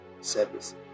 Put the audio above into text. service